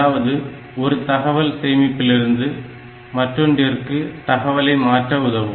அதாவது ஒரு தகவல் சேமிப்பிலிருந்து மற்றொன்றிற்கு தகவலை மாற்ற உதவும்